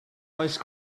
ice